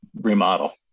remodel